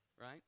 right